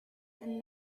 and